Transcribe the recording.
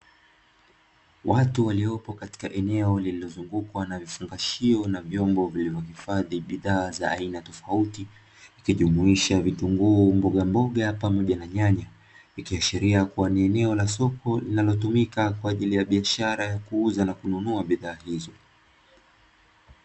Watu waliopo katika eneo lillilozungukwa na vifungashio na vyombo vilivyohifadhi bidhaa za aina tofauti, ikijumuisha vitunguu, mbogamboga pamoja na nyanya, ikiashiria kuwa ni eneo la soko linalotumika kwa ajili ya biashara ya kuuza na kununua bidhaa hizo.